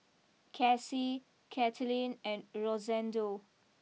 Casie Kathlyn and Rosendo